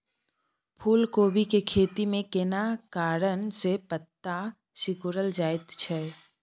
फूलकोबी के खेती में केना कारण से पत्ता सिकुरल जाईत छै?